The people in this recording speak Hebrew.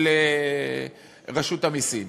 של רשות המסים.